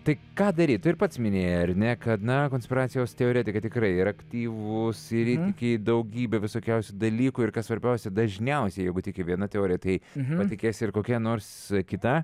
tai ką daryt tu ir pats minėjai ar ne kad na konspiracijos teoretikai tikrai yra aktyvūs ir įtiki daugybe visokiausių dalykų ir kas svarbiausia dažniausiai jeigu tiki viena teorija tai patikės ir kokia nors kita